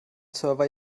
server